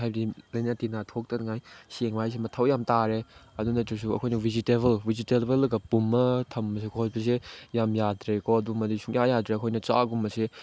ꯍꯥꯏꯕꯗꯤ ꯂꯥꯏꯅꯥ ꯇꯤꯟꯅꯥ ꯊꯣꯛꯇꯅꯤꯡꯉꯥꯏ ꯁꯦꯡꯕ ꯍꯥꯏꯁꯤ ꯃꯊꯧ ꯌꯥꯝ ꯇꯥꯔꯦ ꯑꯗꯨ ꯅꯠꯇ꯭ꯔꯁꯨ ꯑꯩꯈꯣꯏꯅ ꯚꯤꯖꯤꯇꯦꯕꯜ ꯚꯤꯖꯤꯇꯦꯕꯜꯒ ꯄꯨꯝꯃꯒ ꯊꯝꯕꯁꯦ ꯈꯣꯠꯄꯁꯦ ꯌꯥꯝ ꯌꯥꯗ꯭ꯔꯦꯀꯣ ꯑꯗꯨꯃꯗꯤ ꯁꯨꯡꯌꯥ ꯌꯥꯗ꯭ꯔꯦ ꯑꯩꯈꯣꯏꯅ ꯆꯥꯛꯀꯨꯝꯕꯁꯦ